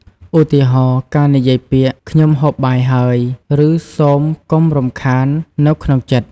ឧទាហរណ៍៖ ការនិយាយពាក្យ ខ្ញុំហូបបាយហើយ ឬសូមកុំរំខាន នៅក្នុងចិត្ត ។